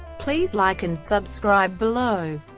please like and subscribe below.